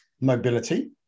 mobility